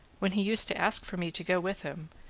when he used to ask for me to go with him,